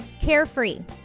carefree